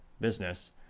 business